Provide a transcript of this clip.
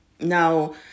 Now